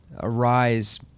arise